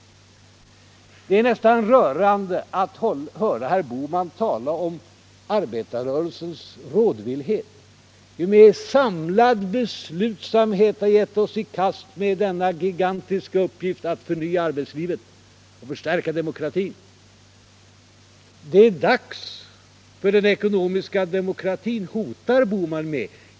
Det är nästan rörande att höra herr Bohman tala om arbetarrörelsens rådvillhet, när vi med samlad beslutsamhet har gett oss i kast med den gigantiska uppgiften att förnya arbetslivet och förstärka demokratin. Då är det dags för den ekonomiska demokratin, hotar herr Bohman med.